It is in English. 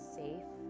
safe